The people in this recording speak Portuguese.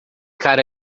cara